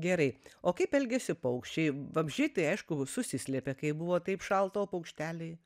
gerai o kaip elgiasi paukščiai vabzdžiai tai aišku susislėpė kai buvo taip šalta o paukšteliai